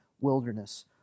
wilderness